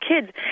kids